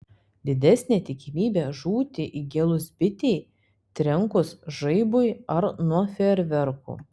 didesnė tikimybė žūti įgėlus bitei trenkus žaibui ar nuo fejerverkų